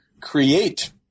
create